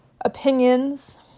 opinions